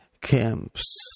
camps